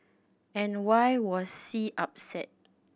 and why was C upset